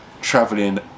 traveling